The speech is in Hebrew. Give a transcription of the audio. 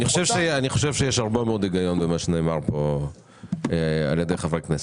אני חושב שיש הרבה מאוד הגיון במה שנאמר כאן על ידי חברי הכנסת.